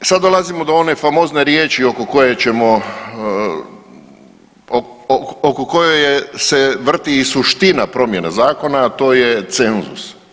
I sad dolazimo do one famozne riječi oko koje ćemo, oko koje se vrti i suština promjene zakona, a to je cenzus.